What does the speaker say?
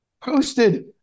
posted